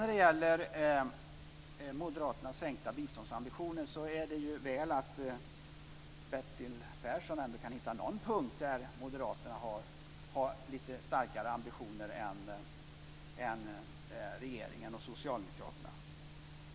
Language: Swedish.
När det gäller moderaternas sänkta biståndsambitioner är det väl att Bertil Persson ändå kan hitta någon punkt där moderaterna har lite starkare ambitioner än regeringen och socialdemokraterna.